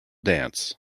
dance